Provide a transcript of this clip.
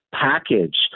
package